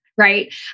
Right